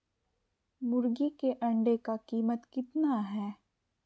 मुर्गी के अंडे का कीमत कितना है?